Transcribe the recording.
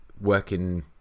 working